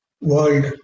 World